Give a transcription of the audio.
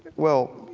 well, you